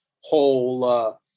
whole –